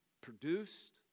produced